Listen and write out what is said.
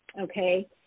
okay